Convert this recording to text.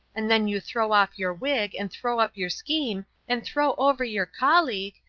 and then you throw off your wig and throw up your scheme and throw over your colleague,